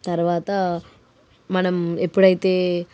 తర్వాత మనం ఎప్పుడైతే